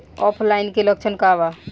ऑफलाइनके लक्षण क वा?